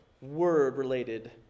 word-related